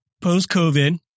post-COVID